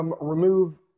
remove